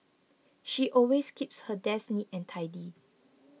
she always keeps her desk neat and tidy